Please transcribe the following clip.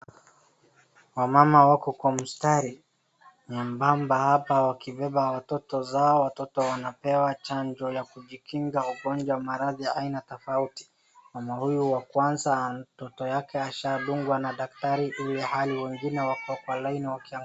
Wamama wako kwa mstari nyembamba hapa wakibeba watoto zao. Watoto wanapewa chanjo ya kujikinga ugonjwa maradhi aina tofauti. Mama huyu wa kwanza mtoto yake ashadungwa na daktari ilhali wengine wako kwa laini wakia